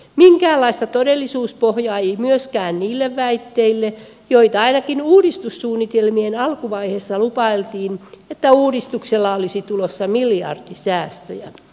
minkäänlaista todellisuuspohjaa ei myöskään ole niille väitteille joissa ainakin uudistussuunnitelmien alkuvaiheessa lupailtiin että uudistuksella olisi tulossa miljardisäästöjä